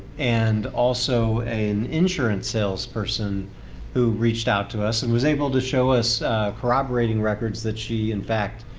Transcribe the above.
and also an insurance salesperson who reached out to us and was able to show us corroborating records that she, in fact,